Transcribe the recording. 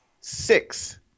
six